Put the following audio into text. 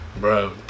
Bro